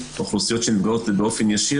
אוכלוסיות שנפגעות באופן ישיר,